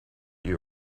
you